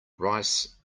rice